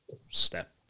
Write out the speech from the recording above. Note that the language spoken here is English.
step